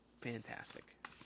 fantastic